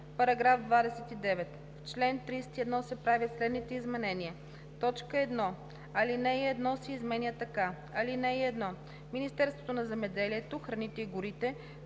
§ 29: „§ 29. В чл. 31 се правят следните изменения: 1. Алинея 1 се изменя така: „(1) Министерството на земеделието, храните и горите